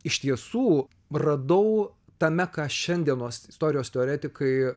iš tiesų radau tame ką šiandienos istorijos teoretikai